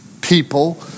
people